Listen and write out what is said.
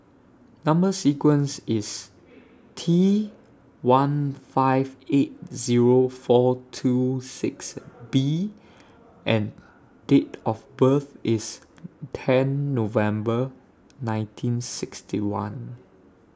Number sequence IS T one five eight Zero four two six B and Date of birth IS ten November nineteen sixty one